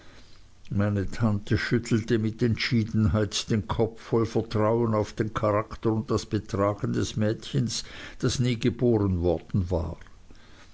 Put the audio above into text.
meine tante schüttelte mit entschiedenheit den kopf voll vertrauen auf den charakter und das betragen des mädchens das nie geboren worden war